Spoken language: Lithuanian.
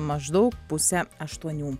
maždaug pusę aštuonių